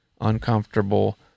uncomfortable